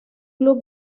club